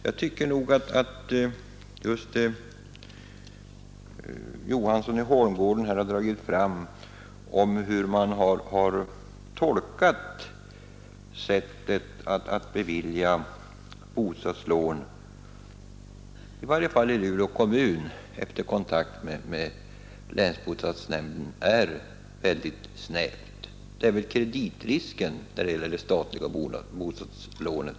Jag tycker, som också herr Johansson i Holmgården har påpekat, att bestämmelserna för beviljande av bostadslån tolkas mycket snävt, i varje fall i Luleå kommun efter kontakt med länsbostadsnämnden. Det måste vara kreditrisken som väger väldigt tungt när det gäller de statliga bostadslånen.